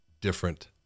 different